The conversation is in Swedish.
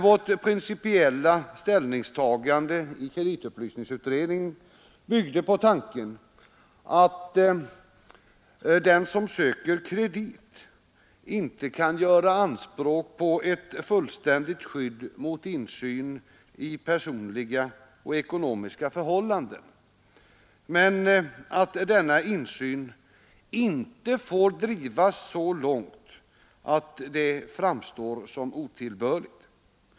Vårt principiella ställningstagande i kreditupplysningsutredningen byggde på tanken att den som söker kredit inte kan göra anspråk på ett fullständigt skydd mot insyn i personliga och ekonomiska förhållanden men att denna insyn inte får drivas så långt att det framstår som otillbörligt.